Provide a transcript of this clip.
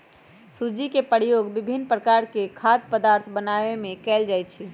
सूज्ज़ी के प्रयोग विभिन्न प्रकार के खाद्य पदार्थ बनाबे में कयल जाइ छै